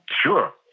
Sure